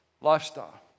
lifestyle